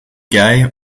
gay